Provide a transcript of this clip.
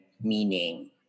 meaning